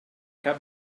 cap